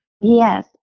yes